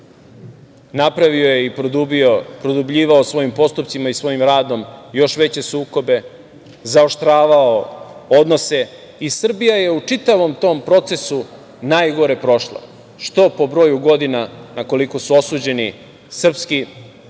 napravio je produbljivao svojim postupcima i svojim radom još veće sukobe, zaoštravao odnose i Srbija je u čitavom tom procesu najgore prošla, što po broju godina na koliko su osuđeni srpski građani